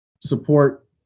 support